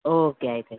okay ಆಯಿತಾಯ್ತು